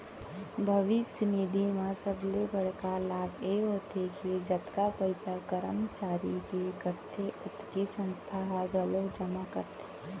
भविस्य निधि म सबले बड़का लाभ ए होथे के जतका पइसा करमचारी के कटथे ओतके संस्था ह घलोक जमा करथे